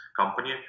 company